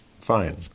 fine